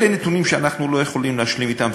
אלה נתונים שאנחנו לא יכולים להשלים אתם,